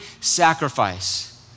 sacrifice